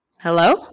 hello